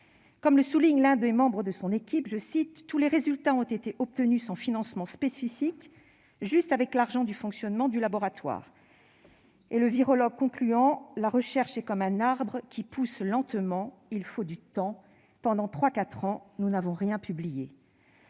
Comme le souligne l'un des membres de son équipe, « tous les résultats ont été obtenus sans financement spécifique, juste avec l'argent de fonctionnement du laboratoire ». Et le virologue de conclure :« La recherche est comme un arbre qui pousse lentement. Il faut du temps. Pendant trois, quatre ans, nous n'avons rien publié.